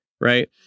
right